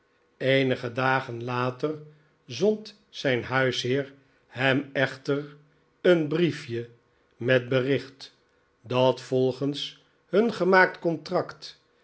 eenige dagen later zond zijn huisheer hem jozep grimaldi echter een briefje met bericht dat vogens hun gemaakt contract